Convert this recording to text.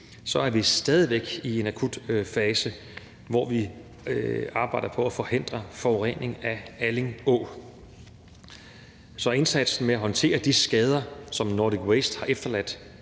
er vi stadig væk i en akut fase, hvor vi arbejder på at forhindre forurening af Alling Å. Så indsatsen med at håndtere de skader, som Nordic Waste har efterladt,